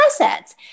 assets